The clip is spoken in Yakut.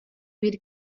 биир